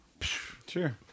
Sure